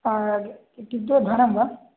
हा इत्युक्ते भणं वा